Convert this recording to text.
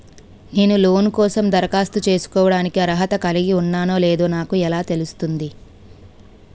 నేను లోన్ కోసం దరఖాస్తు చేసుకోవడానికి అర్హత కలిగి ఉన్నానో లేదో నాకు ఎలా తెలుస్తుంది?